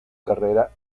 carrera